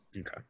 Okay